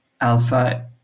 alpha